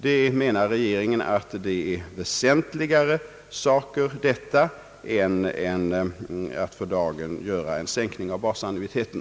— Detta är, menar alltså regeringen, för dagen väsentligare saker än att genomföra en sänkning av basannuiteten.